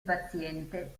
paziente